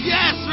Yes